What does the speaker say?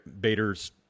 Bader's